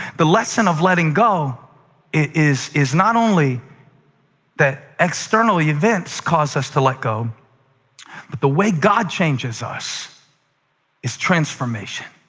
the lesson of letting go is is not only that external events cause us to let go, but the way god changes us is transformation